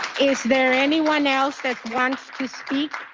is there anyone else that wants to speak.